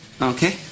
Okay